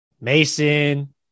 Mason